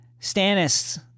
Stannis